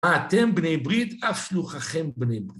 אתם בני ברית, אף לוחכם בני ברית.